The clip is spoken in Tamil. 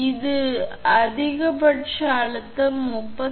எனவே இது இல்லாத அதிகபட்ச அழுத்தம் 38